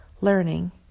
learning